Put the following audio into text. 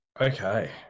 Okay